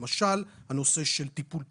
למשל: הנושא של טיפול תרופתי,